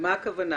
למה הכוונה?